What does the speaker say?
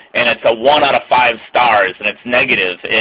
and it's a one-out-of-five stars, and it's negative.